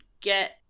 get